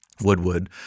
Woodwood